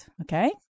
Okay